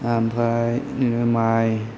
ओमफ्राय बिदिनो माइ